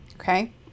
Okay